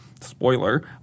spoiler